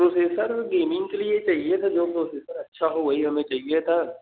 processor gaming के लिए चाहिए था जो प्रोसेसर अच्छा हो वही हमें चाहिए था